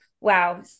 wow